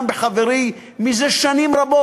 גם בחברי מזה שנים רבות,